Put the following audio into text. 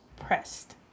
Pressed